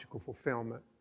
fulfillment